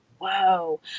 Whoa